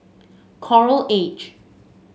Coral Edge